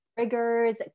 triggers